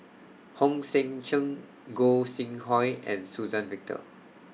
Hong Sek Chern Gog Sing Hooi and Suzann Victor